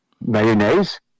mayonnaise